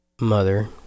mother